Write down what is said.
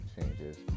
changes